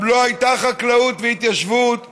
גם לא היו חקלאות והתיישבות בגולן,